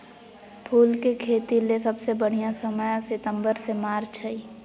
फूल के खेतीले सबसे बढ़िया समय सितंबर से मार्च हई